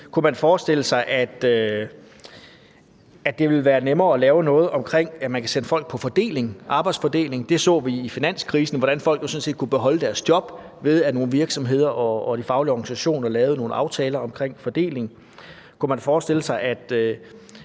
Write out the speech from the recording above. Kunne man forestille sig, at det ville være nemmere at lave noget om, at man kan sende folk på arbejdsfordeling? Det så vi i finanskrisen, altså hvordan folk jo sådan set kunne beholde deres job, ved at nogle virksomheder og de faglige organisationer lavede nogle aftaler om fordeling. Kunne man forestille sig, at